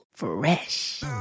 fresh